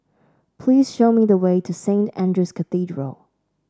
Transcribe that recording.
please show me the way to Saint Andrew's Cathedral